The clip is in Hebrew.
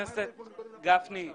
גפני,